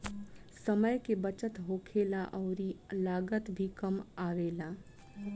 समय के बचत होखेला अउरी लागत भी कम आवेला